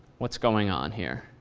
what's going on here?